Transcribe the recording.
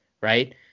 right